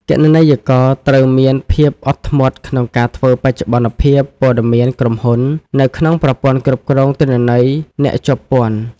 គណនេយ្យករត្រូវមានភាពអត់ធ្មត់ក្នុងការធ្វើបច្ចុប្បន្នភាពព័ត៌មានក្រុមហ៊ុន នៅក្នុងប្រព័ន្ធគ្រប់គ្រងទិន្នន័យអ្នកជាប់ពន្ធ។